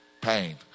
Pain